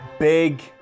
Big